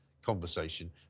Conversation